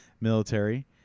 military